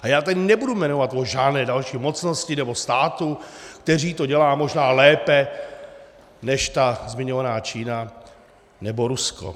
A já teď nebudu jmenovat žádné další mocnosti nebo státy, které to dělají možná lépe než ta zmiňovaná Čína nebo Rusko.